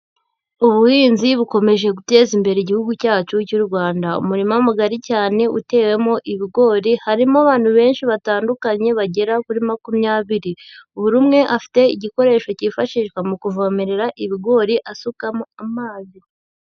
Ubuhinzi bukomeje guteza imbere igihugu cyacu cy'u Rwanda. Umurima mugari cyane utewemo ibigori, harimo abantu benshi batandukanye bagera kuri makumyabiri. Buri umwe afite igikoresho cyifashishwa mu kuvomerera ibigori asukamo amazi.